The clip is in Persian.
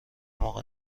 موقع